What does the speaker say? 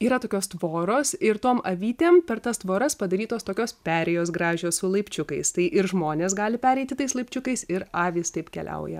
yra tokios tvoros ir tom avytėm per tas tvoras padarytos tokios perėjos gražios su laipčiukais tai ir žmonės gali pereiti tais laipčiukais ir avys taip keliauja